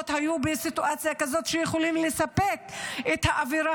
היו בסיטואציה כזאת שהן יכולות לספק את האווירה